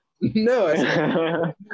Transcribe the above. No